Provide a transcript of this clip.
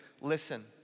listen